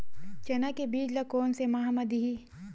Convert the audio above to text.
चना के बीज ल कोन से माह म दीही?